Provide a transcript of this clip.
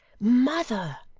mother!